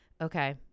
Okay